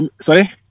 Sorry